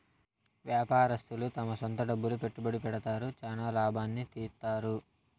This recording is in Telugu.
వ్యాపారస్తులు తమ సొంత డబ్బులు పెట్టుబడి పెడతారు, చానా లాభాల్ని తీత్తారు